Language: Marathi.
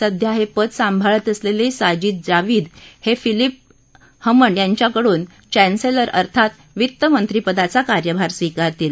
सध्या हे पद सांभाळत असलेले साजिद जावेद हे फिलीप हमंड यांच्याकडून चॅन्सेलर अर्थात वित्त मंत्रिपदाचा कार्यभार स्वीकारतील